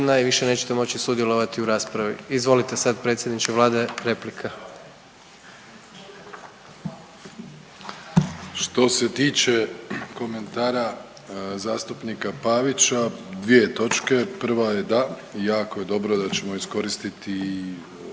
i više nećete moći sudjelovati u raspravi. Izvolite sad predsjedniče Vlade replika. **Plenković, Andrej (HDZ)** Što se tiče komentara zastupnika Pavića dvije točke, prva je da, jako je dobro da ćemo iskoristiti